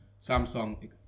Samsung